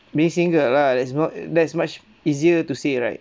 be single lah that's not that's much easier to say right